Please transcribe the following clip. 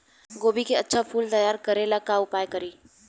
गोभी के अच्छा फूल तैयार करे ला का उपाय करी?